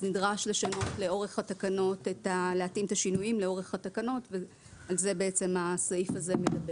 נדרש להתאים את השינויים לאורך התקנות ועל זה בעצם הסעיף הזה מדבר.